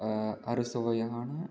அறுசுவையான